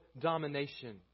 domination